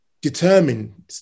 determined